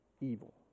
evil